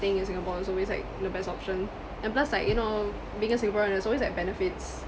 staying in singapore is always like the best option and plus like you know being a singaporeans there's always like benefits